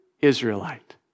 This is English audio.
Israelite